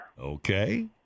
Okay